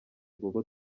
kuko